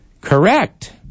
Correct